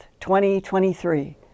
2023